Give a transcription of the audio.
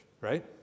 right